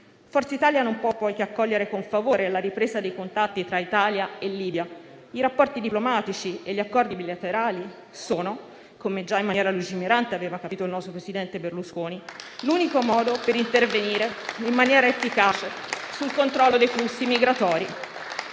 Forza Italia non può che accogliere con favore la ripresa dei contatti tra Italia e Libia. I rapporti diplomatici e gli accordi bilaterali sono, come già in maniera lungimirante aveva capito il nostro presidente Berlusconi, l'unico modo per intervenire in maniera efficace sul controllo dei flussi migratori.